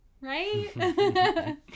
Right